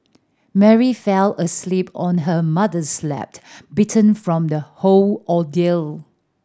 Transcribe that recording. Mary fell asleep on her mother's lap beaten from the whole ordeal